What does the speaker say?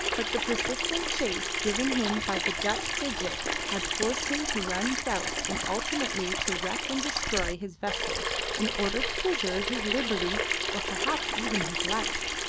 but the persistent chase given him by the dutch frigate had forced him to run south and ultimately to wreck and destroy his vessel in order to preserve his liberty or perhaps even his life.